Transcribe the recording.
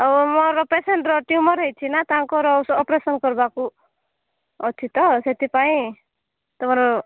ଆଉ ମୋର ପେସେଣ୍ଟ୍ର ଟ୍ୟୁମର୍ ହୋଇଛି ନା ତାଙ୍କର ଅପରେସନ୍ କରିବାକୁ ଅଛି ତ ସେଥିପାଇଁ ତୁମର